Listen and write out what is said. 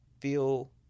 feel